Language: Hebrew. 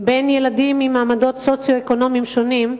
בין ילדים ממעמדות סוציו-אקונומיים שונים,